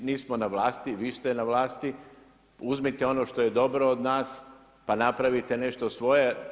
Mi nismo na vlasti, vi ste na vlasti, uzmite ono što je dobro od nas, pa napravite nešto svoje.